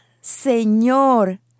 señor